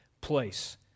place